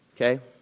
Okay